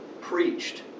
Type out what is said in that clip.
preached